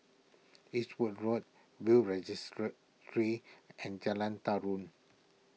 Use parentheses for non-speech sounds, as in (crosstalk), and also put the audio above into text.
Eastwood Road Will's (unintelligible) and Jalan Tarum